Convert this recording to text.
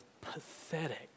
pathetic